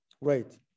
Right